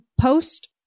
post